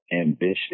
ambitious